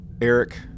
Eric